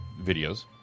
videos